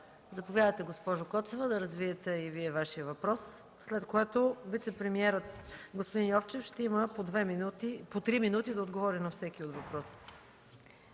Заповядайте, госпожо Коцева, да развиете и Вашия въпрос, след което вицепремиерът господин Йовчев ще има по три минути да отговори на всеки от въпросите.